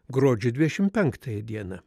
gruodžio dvidešimt penktąją dieną